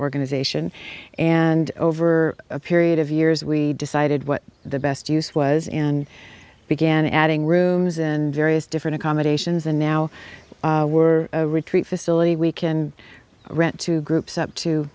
organization and over a period of years we decided what the best use was in began adding rooms and various different accommodations and now we're a retreat facility we can rent two groups up to